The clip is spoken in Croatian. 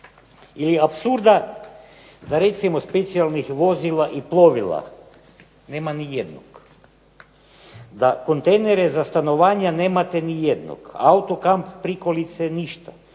ili apsurdna da recimo specijalnih vozila i plovila nema nijednog, da kontejnere za stanovanje nemate nijednog, autokamp prikolice nemate